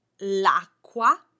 L'acqua